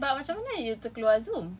but macam mana you terkeluar Zoom